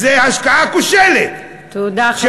זה השקעה כושלת, תודה, חבר הכנסת פריג'.